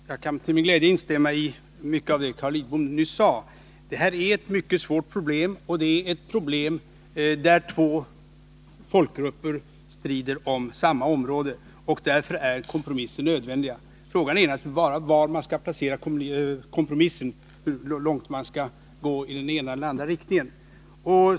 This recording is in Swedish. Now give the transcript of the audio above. Herr talman! Jag kan till min glädje instämma i mycket av det som Carl Lidbom nyss sade. Det är här ett mycket svårt problem — två folkgrupper strider om samma område — och därför är kompromisser nödvändiga. Frågan är naturligtvis bara var man skall placera kompromissen, hur långt man skall gå i den ena eller den andra riktningen.